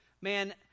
man